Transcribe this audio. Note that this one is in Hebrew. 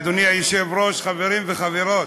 אדוני היושב-ראש, חברים וחברות,